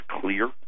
clear